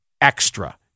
extra